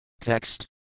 Text